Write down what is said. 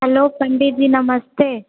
hello Pandit ji नमस्ते